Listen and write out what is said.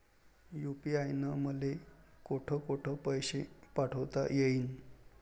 UPI न मले कोठ कोठ पैसे पाठवता येईन?